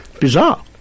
bizarre